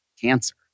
cancer